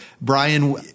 Brian